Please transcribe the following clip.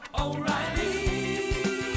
O'Reilly